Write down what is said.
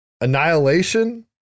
Annihilation